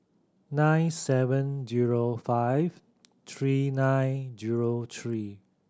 nine seven zero five three nine zero three